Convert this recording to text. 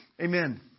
Amen